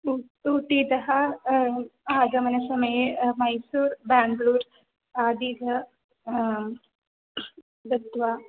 उ ऊटीतः आगमनसमये मैसूर् ब्याङ्ग्लूर् आदी गत्वा